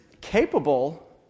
capable